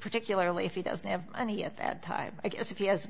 particularly if he doesn't have any at that time i guess if he has